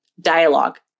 dialogue